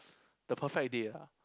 the perfect date ah